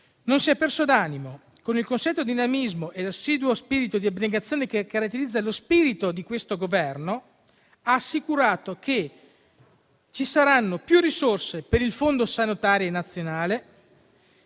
non si è perso d'animo: con il consueto dinamismo e l'assiduo spirito di abnegazione, che caratterizza lo spirito di questo Governo, ha assicurato che ci saranno più risorse per il Fondo sanitario nazionale,